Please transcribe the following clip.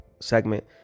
segment